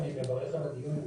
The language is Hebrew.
אני מברך על הדיון,